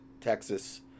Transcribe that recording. Texas